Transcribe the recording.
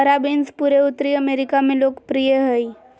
हरा बीन्स पूरे उत्तरी अमेरिका में लोकप्रिय हइ